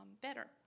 better